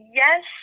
yes